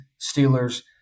Steelers